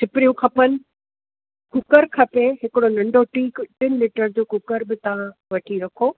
सिपरियूं खपनि कुकर खपे हिकिड़ो नंढो टीक टिनि लीटर जो कुकर बि तव्हां वठी रखो